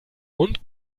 und